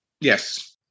Yes